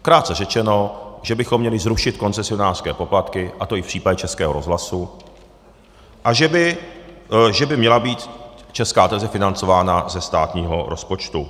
Krátce řečeno, že bychom měli zrušit koncesionářské poplatky, a to i v případě Českého rozhlasu, a že by měla být Česká televize financována ze státního rozpočtu.